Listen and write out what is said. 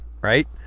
right